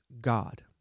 God